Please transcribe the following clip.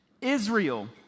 Israel